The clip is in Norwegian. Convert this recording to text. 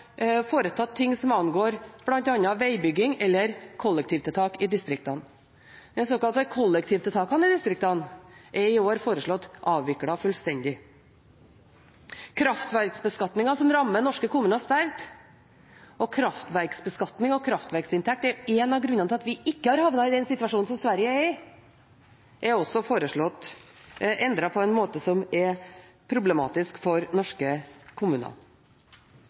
foretatt seg ting som angår bl.a. vegbygging eller kollektivtiltak i distriktene. De såkalte kollektivtiltakene i distriktene er i år foreslått avviklet fullstendig. Kraftverksbeskatningen, som rammer norske kommuner sterkt – og kraftverksbeskatning og kraftverksinntekt er en av grunnene til at vi ikke har havnet i den situasjonen som Sverige er i – er også foreslått endret på en måte som er problematisk for norske kommuner.